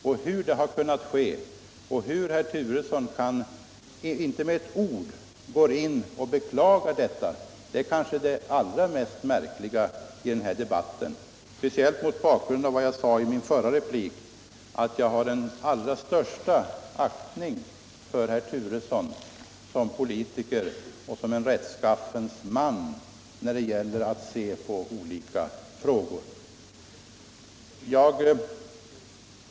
Och hur det har kunnat ske och varför herr Turesson inte med ett enda ord går in och beklagar detta hör kanske till det allra märkligaste i den här debatten, speciellt mot bakgrund av vad jag sade i min förra replik, nämligen att jag hyser den allra största aktning för herr Turesson som politiker och som en rättskaffens man när det gäller att se på olika frågor.